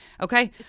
Okay